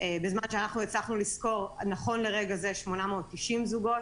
בזמן שאנחנו הצלחנו לסקור נכון לרגע זה 890 זוגות